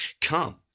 come